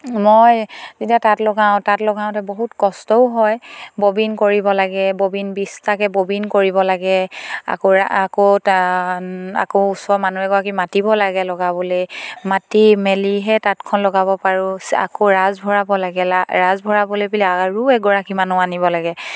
মই যেতিয়া তাঁত লগাওঁ তাঁত লগাওঁতে বহুত কষ্টও হয় ববিন কৰিব লাগে ববিন বিছটাকে ববিন কৰিব লাগে আকৌ আকৌ আকৌ ওচৰৰ মানুহ এগৰাকী মাতিব লাগে লগাবলে মাতি মেলিহে তাঁতখন লগাব পাৰোঁ আকৌ ৰাজ ভৰাব লাগে ৰাজ ভৰাবলে বুলি আৰু এগৰাকী মানুহ আনিব লাগে